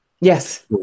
Yes